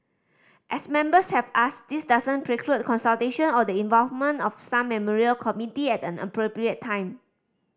as Members have asked this doesn't preclude consultation or the involvement of some memorial committee at an appropriate time